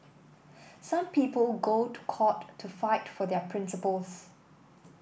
some people go to court to fight for their principles